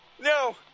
no